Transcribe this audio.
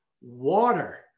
water